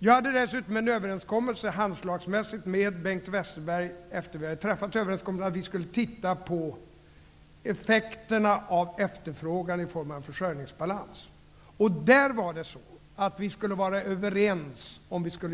Dessutom hade jag efter överenskommelsen träffat ett handslagsmässigt avtal med Bengt Westerberg om att vi skulle se på effekterna av efterfrågan i form av en försörjningsbalans. Om några förändringar skulle göras, skulle vi vara överens om dessa.